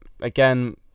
again